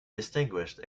distinguished